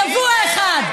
צבוע אחד.